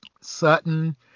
Sutton